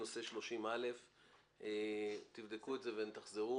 תבדוק ותחזרו.